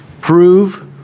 prove